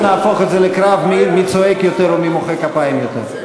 נהפוך את זה לקרב מי צועק יותר ומי מוחא כפיים יותר.